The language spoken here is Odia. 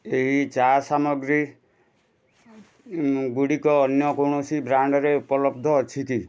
ଏହି ଚା ସାମଗ୍ରୀ ଗୁଡ଼ିକ ଅନ୍ୟ କୌଣସି ବ୍ରାଣ୍ଡ୍ରେ ଉପଲବ୍ଧ ଅଛି କି